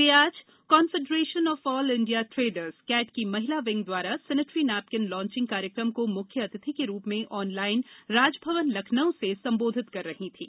वे आज confederation of all India traders cat की महिला विंग द्वारा सेनेटरी नेपकिन लांचिग कार्यक्रम को मुख्य अतिथि के रूप में ऑन लाइन राजभवन लखनऊ से संबोधित कर रहीं थीं